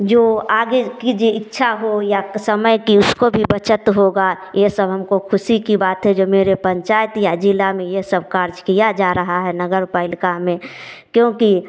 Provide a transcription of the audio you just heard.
जो आगे कि जो इच्छा हो या कि समय की उसको भी बचत होगा ये सब हमको खुशी की बात है जब मेरे पंचायत यो जिला में ये सब काज किया जा रहा है नगर पालिका में क्योंकि